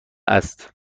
است